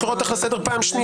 אני קורא אותך לסדר פעם שנייה.